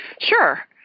Sure